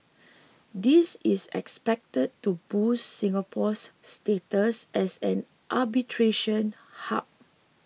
this is expected to boost Singapore's status as an arbitration hub